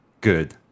good